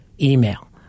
email